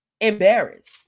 embarrassed